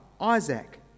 Isaac